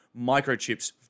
microchips